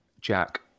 Jack